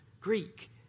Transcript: Greek